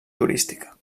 turística